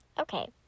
Okay